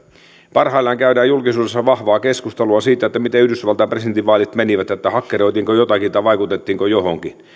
parhaillaan käydään julkisuudessa vahvaa keskustelua siitä miten yhdysvaltain presidentinvaalit menivät että hakkeroitiinko jotakin tai vaikutettiinko johonkin